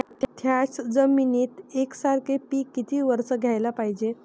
थ्याच जमिनीत यकसारखे पिकं किती वरसं घ्याले पायजे?